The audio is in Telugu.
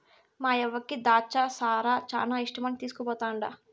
మాయవ్వకి ద్రాచ్చ సారా శానా ఇష్టమని తీస్కుపోతండా